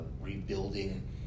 rebuilding